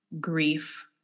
grief